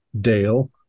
Dale